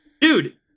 Dude